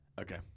Okay